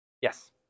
Yes